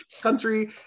country